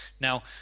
now